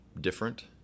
different